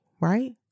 right